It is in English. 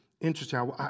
interesting